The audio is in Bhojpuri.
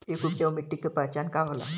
एक उपजाऊ मिट्टी के पहचान का होला?